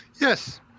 Yes